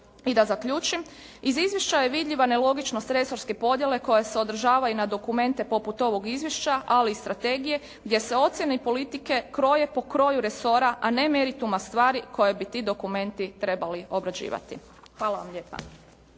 I da zaključim iz izvješća je vidljiva nelogičnost resorske podjele koja se odražava i na dokumente poput ovog izvješća ali i strategije gdje se ocjene i politike kroje po kroju resora a ne merituma stvari koje bi ti dokumenti trebali obrađivati. Hvala vam lijepa.